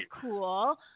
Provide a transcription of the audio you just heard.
cool